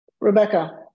Rebecca